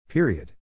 Period